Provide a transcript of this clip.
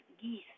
geese